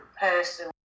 person